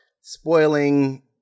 spoiling